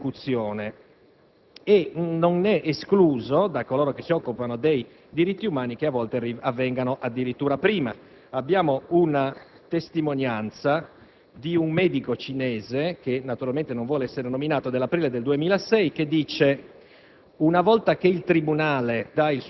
dell'espianto di organi dai condannati a morte, sicuramente dopo l'esecuzione, ma non è escluso, da coloro che si occupano dei diritti umani, che a volte avvengano addirittura prima della morte. Abbiamo la testimonianza